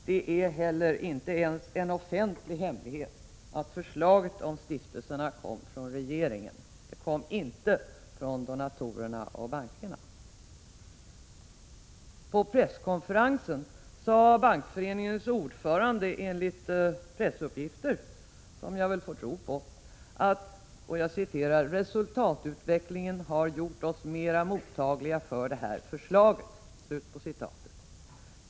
Det är heller inte ens en offentlig hemlighet att förslaget om stiftelserna kom från regeringen, inte från donatorerna, bankerna. På presskonferensen sade Bankföreningens ordförande enligt pressuppgifter, som jag vill tro på, att ”resultatutvecklingen gjort oss mera mottagliga för det här förslaget”.